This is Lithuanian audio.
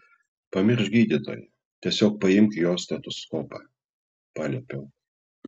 pamiršk gydytoją tiesiog paimk jo stetoskopą paliepiau